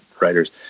writers